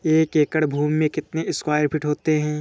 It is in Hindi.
एक एकड़ भूमि में कितने स्क्वायर फिट होते हैं?